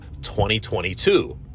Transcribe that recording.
2022